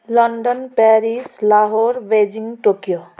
London Paris Lahore Beijing Tokyo